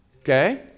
okay